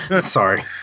Sorry